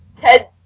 Ted